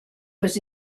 was